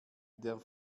der